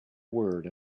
word